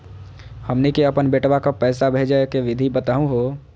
हमनी के अपन बेटवा क पैसवा भेजै के विधि बताहु हो?